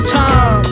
time